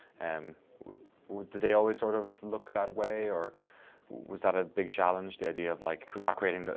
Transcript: um would the day always sort of look that way or was that a big challenge the idea of like not creating,